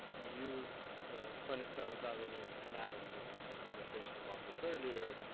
use the twenty seventh avenue and and adams and we had a conversation about this earlier,